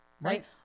right